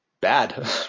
bad